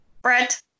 Brett